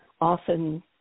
often